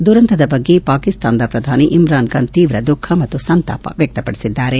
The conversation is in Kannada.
ದುರಂತದ ಬಗ್ಗೆ ಪಾಕಿಸ್ತಾನದ ಪ್ರಧಾನಿ ಇಮ್ರಾನ್ ಖಾನ್ ತೀವ್ರ ದುಃಖ ಮತ್ತು ಸಂತಾಪ ವ್ಯಕ್ತಪಡಿಸಿದ್ದಾರೆ